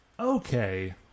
Okay